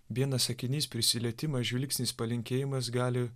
vienas sakinys prisilietimas žvilgsnis palinkėjimas gali